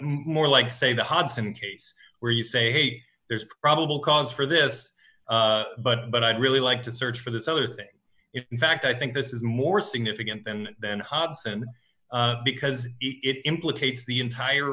more like say the hudson case where you say hey there's probable cause for this but i'd really like to search for this other thing if in fact i think this is more significant than ben hudson because it implicates the entire